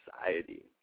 society